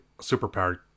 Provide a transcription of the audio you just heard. super-powered